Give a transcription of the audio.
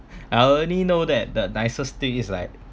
I only know that the nicest thing is like